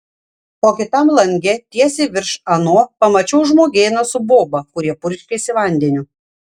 o kitam lange tiesiai virš ano pamačiau žmogėną su boba kurie purškėsi vandeniu